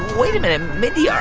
wait a minute. mindy, um